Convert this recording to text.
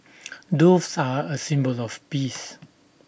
doves are A symbol of peace